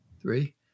three